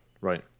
right